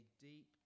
deep